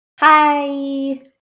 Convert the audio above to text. hi